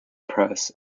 press